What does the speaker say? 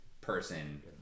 person